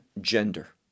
gender